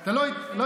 אתה לא התייחסת.